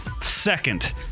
second